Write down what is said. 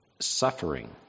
suffering